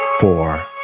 four